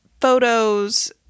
photos